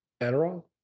Adderall